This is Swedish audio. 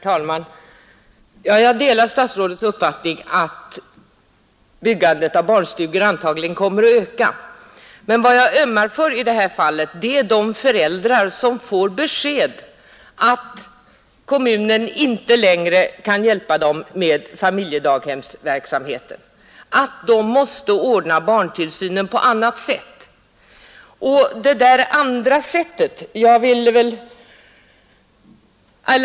Herr talman! Jag delar statsrådets uppfattning att byggandet av barnstugor antagligen kommer att öka, men vad jag ömmar för i det här fallet är de föräldrar som får besked att kommunen inte längre kan hjälpa dem med familjedaghemsverksamheten, att de måste ordna barntillsynen på annat sätt. Och det där andra sättet, hur ter det sig i praktiken?